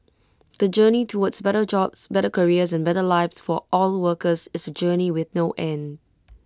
the journey towards better jobs better careers and better lives for all workers is A journey with no end